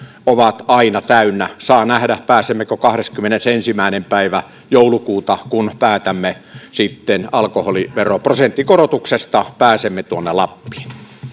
ovat aina täynnä saa nähdä pääsemmekö kahdeskymmenesensimmäinen päivä joulukuuta kun päätämme alkoholiveroprosentin korotuksesta tuonne lappiin